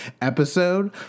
episode